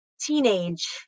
teenage